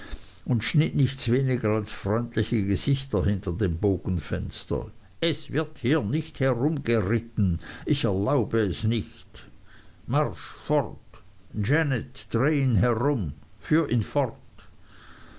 und schnitt nichts weniger als freundliche gesichter hinter dem bogenfenster es wird hier nicht herumgeritten ich erlaube es nicht marsch fort janet dreh ihn herum führ ihn fort